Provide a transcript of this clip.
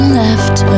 left